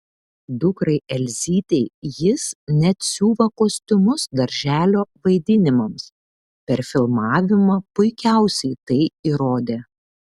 dukrai elzytei jis net siuva kostiumus darželio vaidinimams per filmavimą puikiausiai tai įrodė